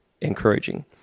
encouraging